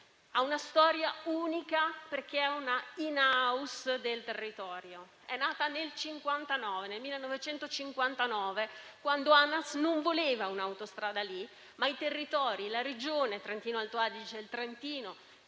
Ha una storia unica perché è una *in house* del territorio. È nata nel 1959, quando ANAS non voleva un'autostrada lì, ma i territori, la Regione Trentino-Alto Adige, il Trentino,